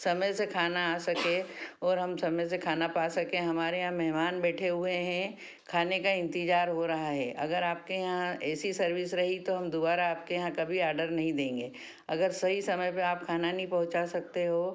समय से खाना आ सके और हम समय से खाना पा सकें हमारे यहाँ मेहमान बैठे हुए हैं खाने का इंतजार हो रहा है अगर आपके यहाँ ऐसी सर्विस रही तो हम दोबारा आपके यहाँ कभी आडर नहीं देंगे अगर सही समय पे आप खाना नहीं पहुँचा सकते हो